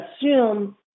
assume